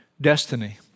destiny